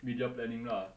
media planning lah